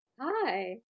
Hi